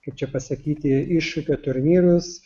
kaip čia pasakyti iššūkio turnyrus